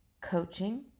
coaching